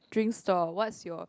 drink stall what's your